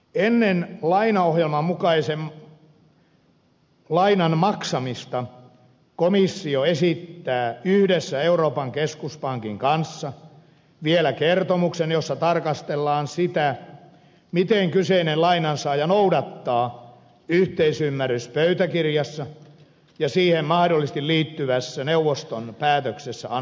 ennen lainaohjelman mukaisen lainan maksamista komissio esittää yhdessä euroopan keskuspankin kanssa vielä kertomuksen jossa tarkastellaan sitä miten kyseinen lainansaaja noudattaa yhteisymmärryspöytäkirjassa ja siihen mahdollisesti liittyvässä neuvoston päätöksessä asetettuja ehtoja